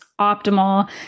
optimal